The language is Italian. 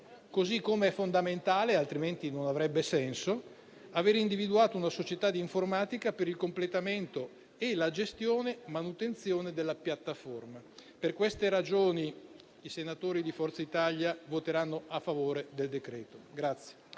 modo è fondamentale, altrimenti non avrebbe senso, aver individuato una società di informatica per il completamento, la gestione e la manutenzione della piattaforma. Per queste ragioni, i senatori di Forza Italia voteranno a favore del decreto-legge